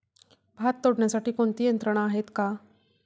भात तोडण्यासाठी कोणती यंत्रणा आहेत का?